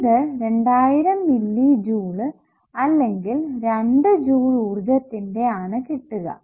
ഇത് 2000 മില്ലിജൂൾ അല്ലെങ്കിൽ 2 ജൂൾ ഊർജ്ജത്തിന്റെ ആണ് കിട്ടുക